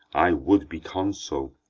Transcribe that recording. i would be consul.